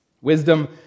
Wisdom